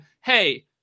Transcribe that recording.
hey